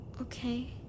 Okay